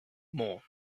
more